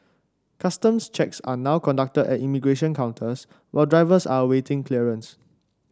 customs checks are now conducted at immigration counters while drivers are awaiting clearance